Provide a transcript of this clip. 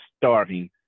starving